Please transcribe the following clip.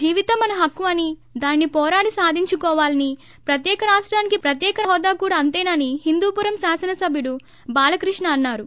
జీవితం మన హక్కు అని దానిని పోరాడి సాధించుకోవాలని రాష్టానికి ప్రత్యక హోదా కూడా అంతేనని హిందూపురం శాసన సబ్యుడు బాలకృష్ణ అన్నారు